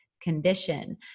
condition